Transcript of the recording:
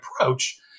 approach